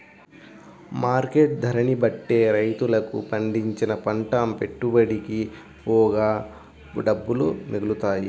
market ధరని బట్టే రైతులకు పండించిన పంట పెట్టుబడికి పోగా డబ్బులు మిగులుతాయి